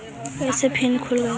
कैसे फिन खुल तय?